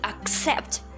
accept